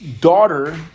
daughter